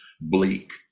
bleak